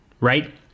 right